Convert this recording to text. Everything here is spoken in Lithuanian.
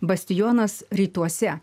bastionas rytuose